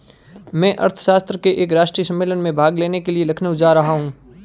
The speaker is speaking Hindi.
मैं अर्थशास्त्र के एक राष्ट्रीय सम्मेलन में भाग लेने के लिए लखनऊ जा रहा हूँ